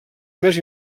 més